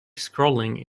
scrolling